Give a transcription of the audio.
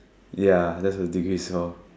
ya that's the degree is for